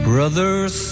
Brothers